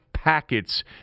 packets